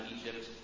Egypt